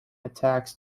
attacks